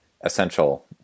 essential